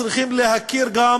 צריכים להכיר גם